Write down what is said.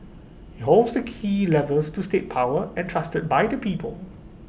holds the key levers of state power entrusted by the people